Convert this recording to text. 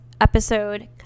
episode